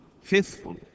faithful